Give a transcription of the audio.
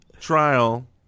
Trial